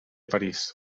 parís